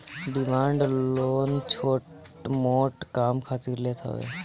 demand loan छोट मोट काम खातिर लेत हवे